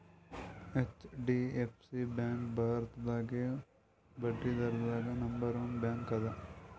HDFC bank ಭಾರತದಾಗೇ ಬಡ್ಡಿದ್ರದಾಗ್ number one bank ಅದ